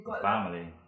family